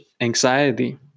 anxiety